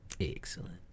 Excellent